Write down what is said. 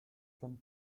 von